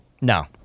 no